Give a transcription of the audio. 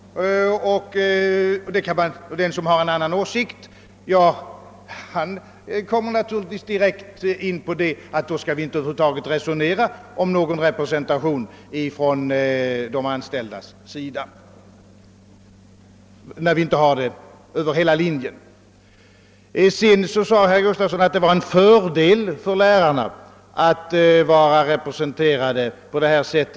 Den som har en annan åsikt kommer naturligtvis direkt in på att vi över huvud taget inte skall resonera om någon represen tation från de anställdas sida härvidlag, när vi inte har en sådan över hela förvaltningslinjen. Herr Gustafsson sade att det var en fördel för lärarna att vara representerade i skolstyrelsen på detta sätt.